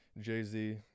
Jay-Z